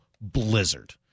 Blizzard